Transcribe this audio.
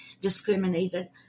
discriminated